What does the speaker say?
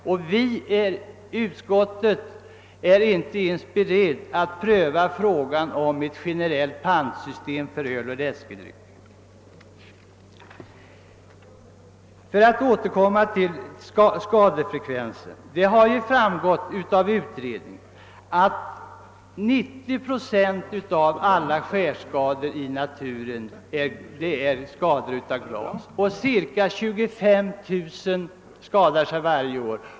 Och utskottet är inte ens berett att pröva frågan om ett generellt pantsystem för öl och läskedrycker! För att återkomma till skadefrekvensen: Det har framgått av utredningen att 90 procent av alla skärskador i naturen förorsakas av glas och att ca 25000 personer skadar sig varje år.